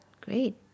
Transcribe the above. Great